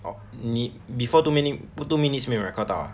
orh 你 before two minutes 不 two minutes 没有 record 到 ah